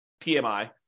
PMI